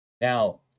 Now